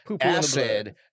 acid